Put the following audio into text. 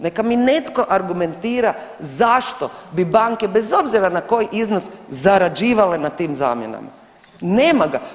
Neka mi netko argumentira zašto bi banke bez obzira na koji iznos zarađivale na tim zamjenama, nema ga.